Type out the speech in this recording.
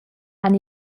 han